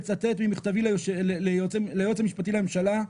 לצטט ממכתבי ליועץ המשפטי לממשלה.